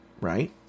right